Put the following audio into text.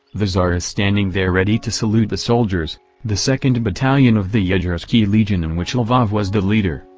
the tsar is standing there ready to salute the soldiers the second and battalion of the yegersky legion in which lvov was the leader,